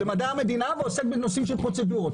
למדע המדינה, ועוסק בנושאים של פרוצדורות.